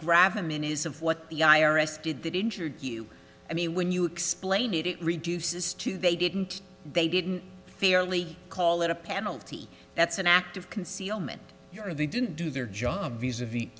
grab them in is of what the i r s did that injured you i mean when you explain it it reduces to they didn't they didn't fairly call it a penalty that's an act of concealment your they didn't do their job visa v